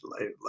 life